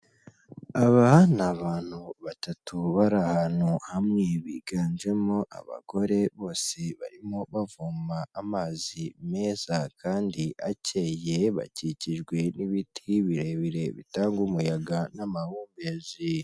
Aba ni abantu batatu bari ahantu hamwe, biganjemo abagore, bose barimo bavoma amazi meza kandi akeye, bakikijwe n'ibiti birebire bitanga umuyaga n'amambezi.